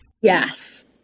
Yes